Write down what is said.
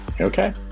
Okay